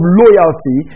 loyalty